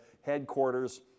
headquarters